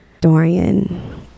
Dorian